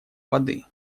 воды